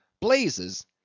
blazes